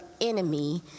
enemy